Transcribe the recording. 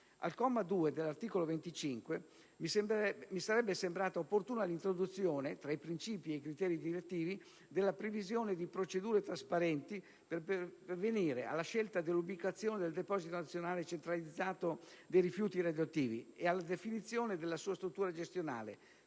al comma 2 dell'articolo 25 mi sarebbe sembrata opportuna l'introduzione tra i principi e i criteri direttivi della previsione di procedure trasparenti per pervenire alla scelta dell'ubicazione del deposito nazionale centralizzato dei rifiuti radioattivi ed alla definizione della sua struttura gestionale,